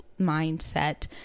mindset